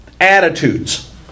attitudes